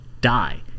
die